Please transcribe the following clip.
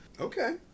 Okay